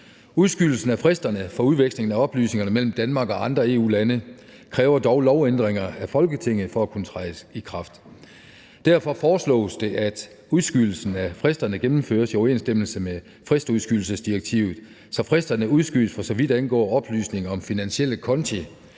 Udskydelsen af fristerne for udveksling af oplysninger mellem Danmark og andre EU-lande kræver dog lovændringer af Folketinget for at kunne træde i kraft. Derfor foreslås det, at udskydelsen af fristerne gennemføres i overensstemmelse med fristudskydelsesdirektivet, så fristerne udskydes, for så vidt angår oplysninger om finansielle konti,